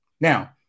Now